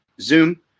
Zoom